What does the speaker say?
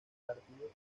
partido